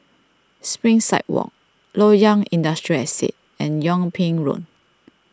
Springside Walk Loyang Industrial Estate and Yung Ping Road